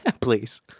Please